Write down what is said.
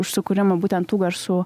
už sukūrimą būtent tų garsų